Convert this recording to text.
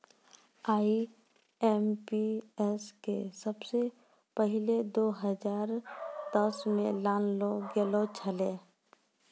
IMPS के सबसे पहिलै दो हजार दसमे लानलो गेलो छेलै